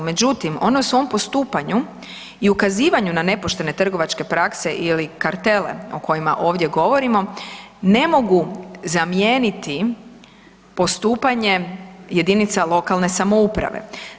Međutim, one u svom postupanju i ukazivanju na nepoštene trgovačke prakse ili kartele o kojima ovdje govorimo ne mogu zamijeniti postupanje jedinica lokalne samouprave.